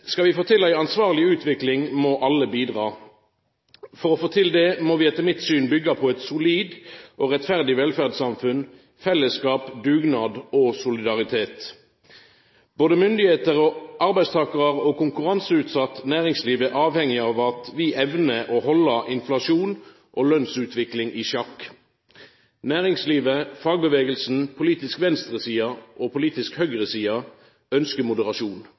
Skal vi få til ei ansvarleg utvikling, må alle bidra. For å få til det må vi etter mitt syn byggja på eit solid og rettferdig velferdssamfunn, fellesskap, dugnad og solidaritet. Både myndigheiter, arbeidstakarar og konkurranseutsett næringsliv er avhengige av at vi evnar å halda inflasjon og lønsutvikling i sjakk. Næringslivet, fagbevegelsen, politisk venstreside og politisk høgreside ønskjer moderasjon.